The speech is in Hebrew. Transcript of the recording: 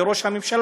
על ראש הממשלה,